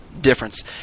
difference